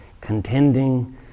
contending